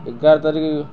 ଏଗାର ତାରିଖ